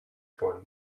one